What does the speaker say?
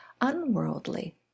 unworldly